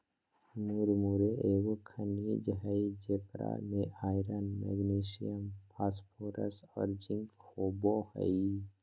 मुरमुरे एगो खनिज हइ जेकरा में आयरन, मैग्नीशियम, फास्फोरस और जिंक होबो हइ